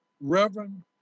Reverend